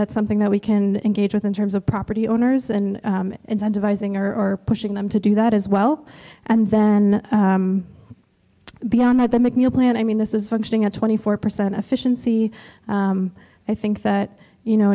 that's something that we can engage with in terms of property owners and incentivizing or pushing them to do that as well and then beyond that the mcneil plan i mean this is functioning at twenty four percent efficiency i think that you know